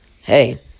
Hey